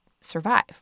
survive